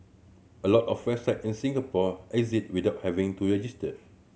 a lot of website in Singapore exist without having to register